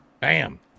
Bam